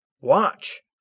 Watch